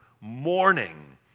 morning